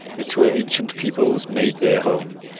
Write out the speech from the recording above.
it's where ancient peoples made their home.